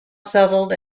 settled